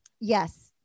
Yes